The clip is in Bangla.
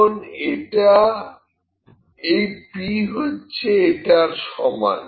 এখন এই p হচ্ছে এটার সমান